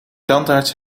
tandarts